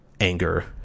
anger